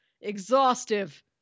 exhaustive